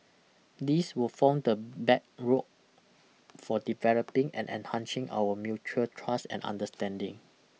this will form the bedrock for developing and enhancing our mutual trust and understanding